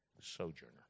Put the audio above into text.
sojourner